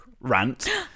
rant